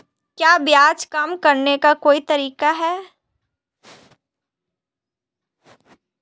क्या ब्याज कम करने का कोई तरीका है?